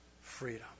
freedom